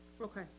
Okay